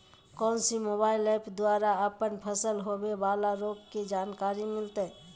कौन सी mobile app के द्वारा अपन फसल के होबे बाला रोग के जानकारी मिलताय?